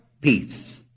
peace